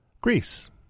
Greece